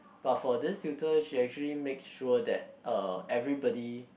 but for this tutor she actually make sure that uh everybody